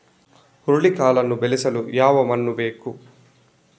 ಹುರುಳಿಕಾಳನ್ನು ಬೆಳೆಸಲು ಯಾವ ಮಣ್ಣು ಬೇಕು?